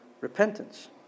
repentance